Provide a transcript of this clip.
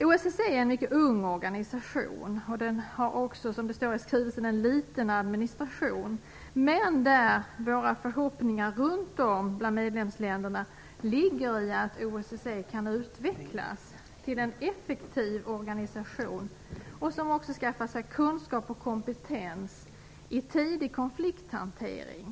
OSSE är en mycket ung organisation som, som det står i skrivelsen, har en liten administration. Men förhoppningarna från oss i medlemsländerna ligger i att OSSE kan utvecklas till en effektiv organisation som också skaffar sig kunskap och kompetens i fråga om tidig konflikthantering.